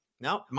No